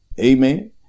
Amen